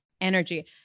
energy